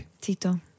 Tito